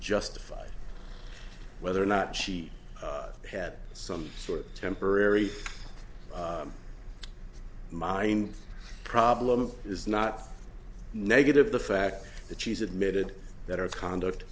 justified whether or not she had some sort of temporary my problem is not negative the fact that she's admitted that her conduct